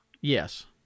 Yes